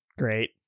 Great